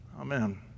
Amen